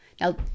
Now